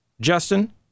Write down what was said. Justin